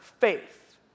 faith